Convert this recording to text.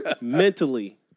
Mentally